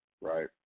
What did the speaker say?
right